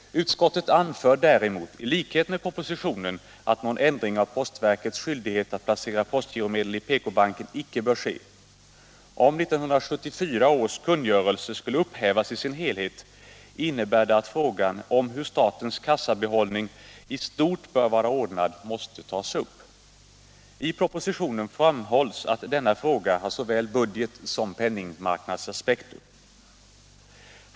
Utskottet anför däremot, i likhet med propositionen, att någon ändring av postverkets skyldighet att placera postgiromedel i PK-banken icke bör ske. Om 1974 års kungörelse skulle upphävas i sin helhet, innebär det att frågan om hur statens kassabehållning i stort bör vara ordnad måste tas upp. I propositionen framhålls att denna fråga har såväl budgetsom penningmarknadsaspekter.